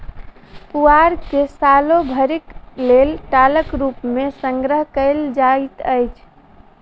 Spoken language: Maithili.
पुआर के सालो भरिक लेल टालक रूप मे संग्रह कयल जाइत अछि